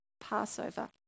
Passover